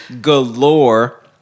galore